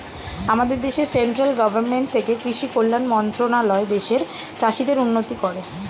আমাদের দেশে central government থেকে কৃষি কল্যাণ মন্ত্রণালয় দেশের চাষীদের উন্নতি করে